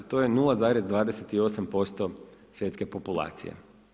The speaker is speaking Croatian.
To je 0,28% svjetske populacije.